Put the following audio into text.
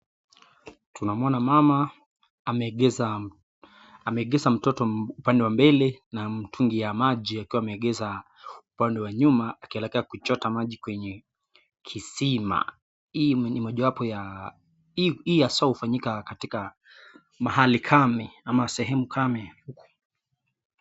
Tunamuona mama ameegeza mtoto upande wa mbele na mtungi ya maji akiwa ameegeza upande wa nyuma akielekea kuchota maji kwenye kisima. Hii haswa ufanyika katika mahali kame ama sehemu kame.